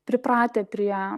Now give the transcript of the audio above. pripratę prie